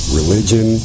religion